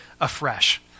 afresh